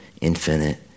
infinite